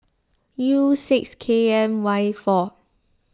U six K M Y four